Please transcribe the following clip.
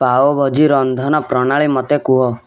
ପାଓଭାଜି ରନ୍ଧନ ପ୍ରଣାଳୀ ମୋତେ କୁହ